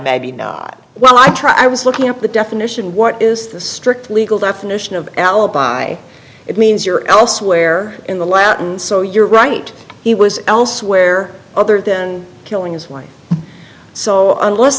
alibi well i tried i was looking up the definition what is the strict legal definition of alibi it means you're elsewhere in the latin so you're right he was elsewhere other than killing his wife so unless